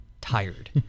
tired